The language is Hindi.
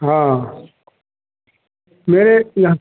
हाँ मेरे यहाँ